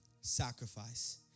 sacrifice